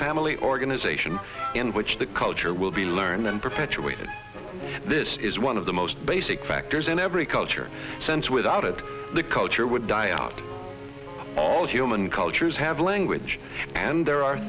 family organization in which the culture will be learned and perpetuate this is one of the most basic factors in every culture sense without it the culture would die out all human cultures have language and there are